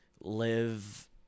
live